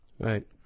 Right